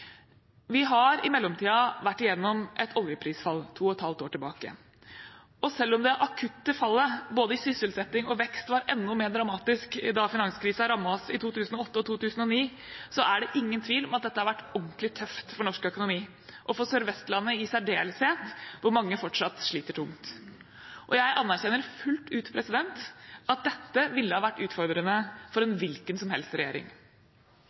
Vi har i mellomtiden vært igjennom et oljeprisfall to og et halvt år tilbake. Selv om det akutte fallet både i sysselsetting og vekst var enda mer dramatisk da finanskrisen rammet oss i 2008 og 2009, er det ingen tvil om at dette har vært ordentlig tøft for norsk økonomi, og for Sør-Vestlandet i særdeleshet, hvor mange fortsatt sliter tungt. Jeg anerkjenner fullt ut at dette ville ha vært utfordrende for en hvilken som helst regjering.